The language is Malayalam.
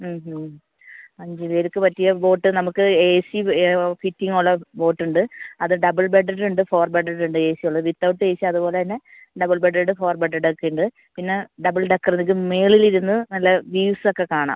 അഞ്ച് പേർക്ക് പറ്റിയ ബോട്ട് നമുക്ക് എ സി ഫിറ്റിങ്ങ് ഉള്ള ബോട്ട് ഉണ്ട് അത് ഡബിൾ ബെഡഡ് ഉണ്ട് ഫോർ ബെഡഡ് ഉണ്ട് എ സി ഉള്ള വിതൗട്ട് എ സി അതുപോലെ തന്നെ ഡബിൾ ബെഡഡ് ഫോർ ബെഡഡ് ഒക്കെ ഉണ്ട് പിന്നെ ഡബിൾ ഡെക്കർ അത് മുകളിലിരുന്ന് നല്ല വ്യൂസ് ഒക്കെ കാണാം